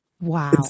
wow